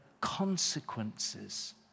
consequences